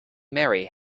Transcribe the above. marry